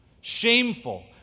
Shameful